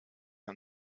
and